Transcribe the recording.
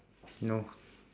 no